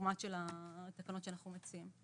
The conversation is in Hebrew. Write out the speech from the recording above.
לפורמט של התקנות שאנחנו מציעים.